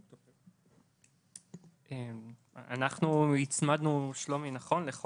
אנחנו הצמדנו את זה